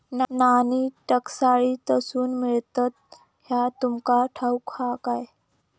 नाणी टांकसाळीतसून मिळतत ह्या तुमका ठाऊक हा काय